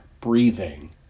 breathing